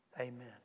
Amen